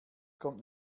kommt